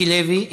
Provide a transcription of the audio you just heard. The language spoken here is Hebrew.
מיקי לוי,